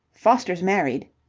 foster's married,